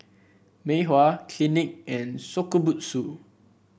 Mei Hua Clinique and Shokubutsu